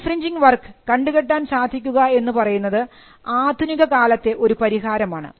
infringing work കണ്ടുകെട്ടാൻ സാധിക്കുക എന്ന് പറയുന്നത് ആധുനിക കാലത്തെ ഒരു പരിഹാരമാണ്